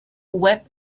web